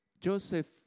Joseph